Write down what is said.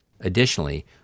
Additionally